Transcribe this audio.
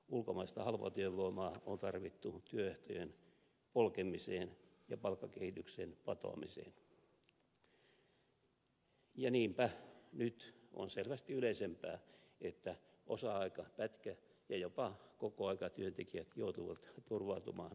ulkomaista halpatyövoimaa on tarvittu työehtojen polkemiseen ja palkkakehityksen patoamiseen ja niinpä nyt on selvästi yleisempää että osa aika pätkä ja jopa kokoaikatyöntekijät joutuvat turvautumaan toimeentulotukeen